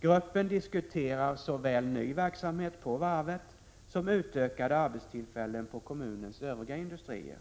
Gruppen diskuterar såväl ny verksamhet på varvet som utökade arbetstillfällen på kommunens övriga industrier.